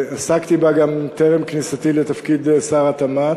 עסקתי בה גם טרם כניסתי לתפקיד שר התמ"ת,